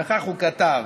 וכך הוא כתב,